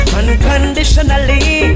unconditionally